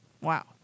Wow